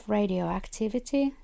radioactivity